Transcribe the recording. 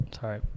Sorry